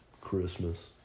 Christmas